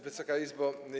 Wysoka Izbo!